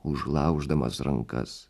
užlauždamas rankas